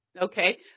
okay